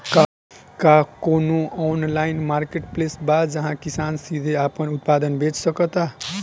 का कोनो online marketplace बा जहां किसान सीधे अपन उत्पाद बेच सकता?